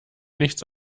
nichts